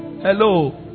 Hello